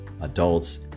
adults